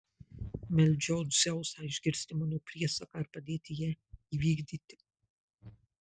meldžiau dzeusą išgirsti mano priesaką ir padėti ją įvykdyti